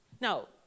Now